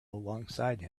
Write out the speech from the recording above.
alongside